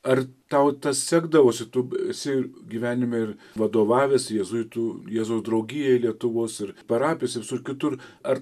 ar tau tas sekdavosi tu esi gyvenime ir vadovavęs jėzuitų jėzaus draugijai lietuvos ir parapijos ir visur kitur ar